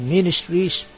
Ministries